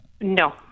No